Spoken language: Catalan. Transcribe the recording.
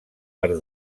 per